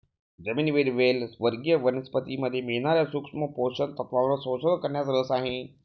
जमिनीवरील वेल वर्गीय वनस्पतीमध्ये मिळणार्या सूक्ष्म पोषक तत्वांवर संशोधन करण्यात रस आहे